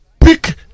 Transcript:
pick